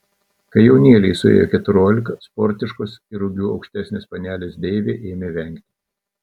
kai jaunėlei suėjo keturiolika sportiškos ir ūgiu aukštesnės panelės deivė ėmė vengti